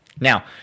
Now